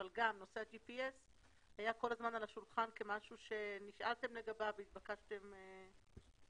אבל נושא הג'י.פי.אס היה כל הזמן על השולחן כמשהו שנתבקשתם לענות עליו.